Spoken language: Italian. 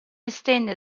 estende